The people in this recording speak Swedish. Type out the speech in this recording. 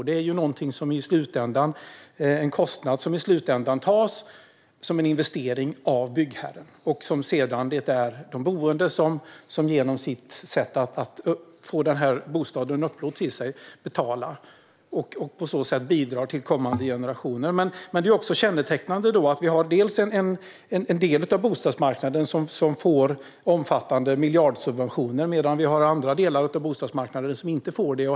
Det är en kostnad som i slutändan tas av byggherren som en investering och som sedan de boende genom att få bostaden upplåten till sig betalar och därigenom bidrar till kommande generationer. Det är kännetecknande att en del av bostadsmarknaden får omfattande miljardsubventioner medan andra delar av bostadsmarknaden inte får det.